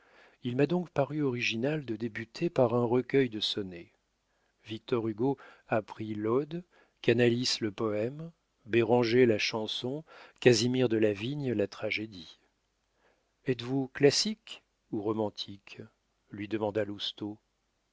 il m'a donc paru original de débuter par un recueil de sonnets victor hugo a pris l'ode canalis le poème béranger la chanson casimir delavigne la tragédie êtes-vous classique ou romantique lui demanda